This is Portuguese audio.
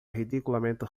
ridiculamente